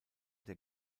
der